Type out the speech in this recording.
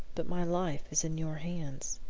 but my life is in your hands.